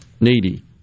needy